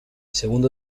segundo